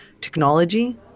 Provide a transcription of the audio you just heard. technology